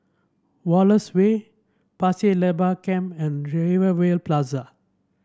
Wallace Way Pasir Laba Camp and Rivervale Plaza